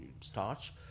starch